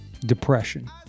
depression